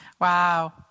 Wow